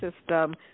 system